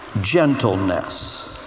gentleness